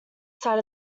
side